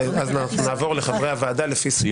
ואז אנחנו נעבור לחברי הוועדה לפי סדר.